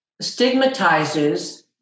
stigmatizes